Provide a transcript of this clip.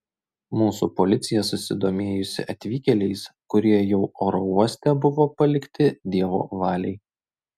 mūsų policija susidomėjusi atvykėliais kurie jau oro uoste buvo palikti dievo valiai